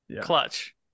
Clutch